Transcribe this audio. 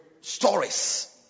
stories